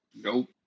Nope